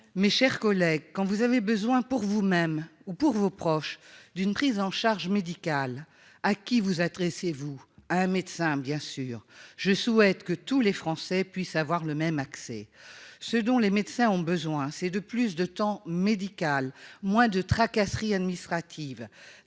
Mes chers collègues, quand vous avez besoin pour vous-même ou pour vos proches d'une prise en charge médicale à qui vous adressez-vous à un médecin bien sûr, je souhaite que tous les Français puissent avoir le même accès ce dont les médecins ont besoin c'est de plus de temps médical moins de tracasseries administratives,